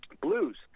blues